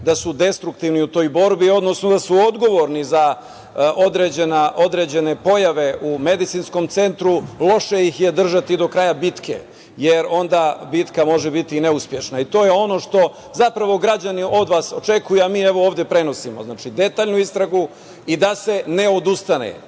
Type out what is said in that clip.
da su destruktivni u toj borbi, odnosno da su odgovorni za određene pojave u Medicinskom centru, loše ih je držati do kraja bitke, jer onda bitka može biti neuspešna. To je ono što zapravo građani od vas očekuju, a mi evo ovde prenosimo. Znači, prenosimo detaljnu istragu i da se ne odustane.